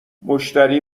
مشتری